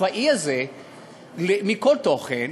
הצבאי הזה מכל תוכן,